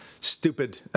stupid